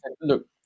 look